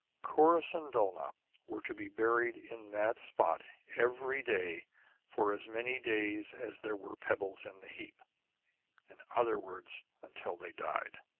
corrus and dulnop were to be buried in that spot every day for as many days as there were pebbles in the heap in other words, until they died.